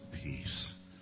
peace